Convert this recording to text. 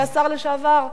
השר לשעבר?